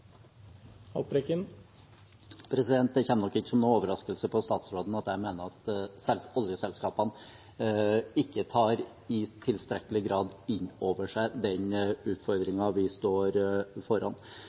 Det kommer nok ikke som noen overraskelse på statsråden at jeg mener at oljeselskapene ikke i tilstrekkelig grad tar inn over seg den